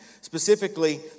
Specifically